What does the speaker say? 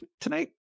tonight